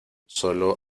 sólo